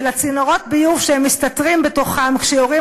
ולצינורות הביוב שהם מסתתרים בתוכם כשיורים